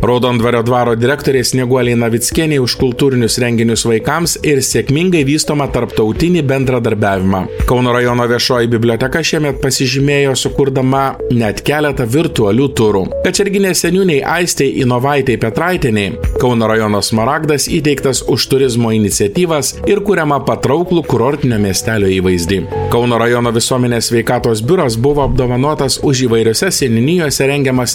raudondvario dvaro direktorė snieguolė navickienė už kultūrinius renginius vaikams ir sėkmingai vystomą tarptautinį bendradarbiavimą kauno rajono viešoji biblioteka šiemet pasižymėjo sukurdama net keletą virtualių turų kačerginės seniūnei aistei ivanovaitei petraitienei kauno rajono smaragdas įteiktas už turizmo iniciatyvas ir kuriamą patrauklų kurortinio miestelio įvaizdį kauno rajono visuomenės sveikatos biuras buvo apdovanotas už įvairiose seniūnijose rengiamas